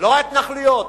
לא ההתנחלויות,